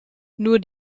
nur